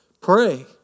pray